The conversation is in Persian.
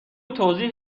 توضیح